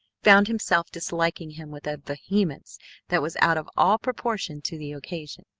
found himself disliking him with a vehemence that was out of all proportion to the occasion.